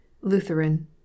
Lutheran